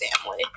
family